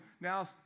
now